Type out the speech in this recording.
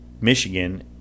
Michigan